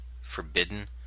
forbidden